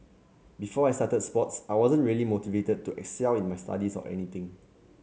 before I started sports I wasn't really motivated to excel in my studies or anything